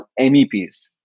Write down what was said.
MEPs